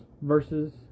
versus